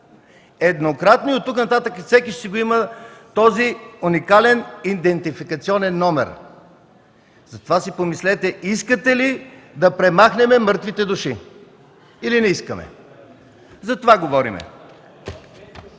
еднократно и оттук нататък всеки ще си го има този уникален идентификационен номер. Затова си помислете: искате ли да премахнем мъртвите души, или не искате? За това говорим.